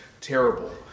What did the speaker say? terrible